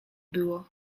było